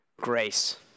Grace